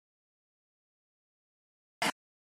תנוחי, מגיע לך.